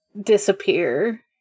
Disappear